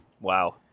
Wow